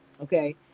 okay